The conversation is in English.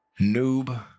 Noob